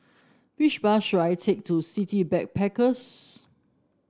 which bus should I take to City Backpackers